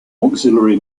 auxiliary